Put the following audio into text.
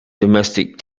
domestic